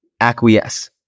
acquiesce